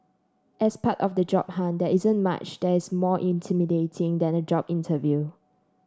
as part of the job hunt there isn't much that is more intimidating than a job interview